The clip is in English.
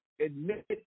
admit